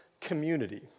community